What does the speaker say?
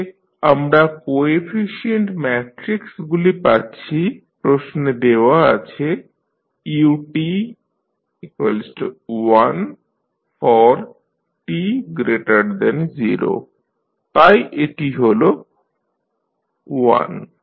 তাহলে আমরা কোএফিশিয়েন্ট ম্যাট্রিক্সগুলি পাচ্ছি প্রশ্নে দেওয়া আছে u1 for t≥0 তাই এটি হল 1